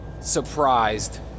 surprised